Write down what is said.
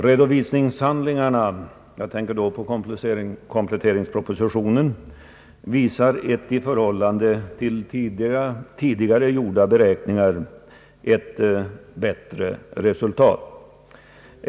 HRedovisningshandlingarna, dvs. kompletteringspropositionen, visar ett i förhållande till tidigare gjorda beräkningar bättre resultat.